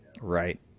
Right